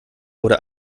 oder